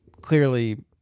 clearly